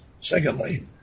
secondly